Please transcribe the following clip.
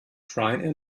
ryanair